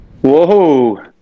Whoa